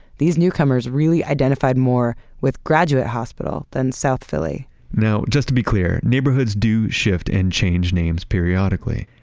these newcomers really identified more with graduate hospital than south philly now, just to be clear, neighborhoods do shift and change names periodically,